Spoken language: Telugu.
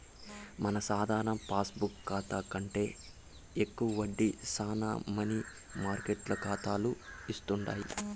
మన సాధారణ పాస్బుక్ కాతా కంటే ఎక్కువ వడ్డీ శానా మనీ మార్కెట్ కాతాలు ఇస్తుండాయి